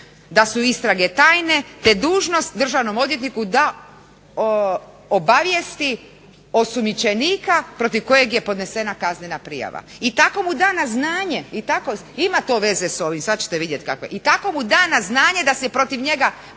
da su istrage tajne te dužnost državnom odvjetniku da obavijesti osumnjičenika protiv kojeg je podnesena kaznena prijava. I tako mu da na znanje. Ima to veze s ovim, sada ćete vidjeti takve. I tako mu da na znanje da se protiv njega